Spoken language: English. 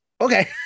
Okay